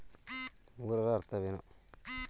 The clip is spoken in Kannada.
ಮೂರರ ಅರ್ಥವೇನು?